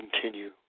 continue